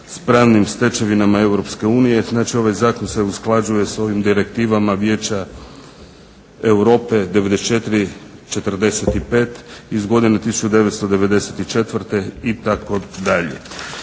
s pravnim stečevinama EU. Znači ovaj zakon se usklađuje s ovim direktivama Europe 94, 45 iz godine 1994.itd.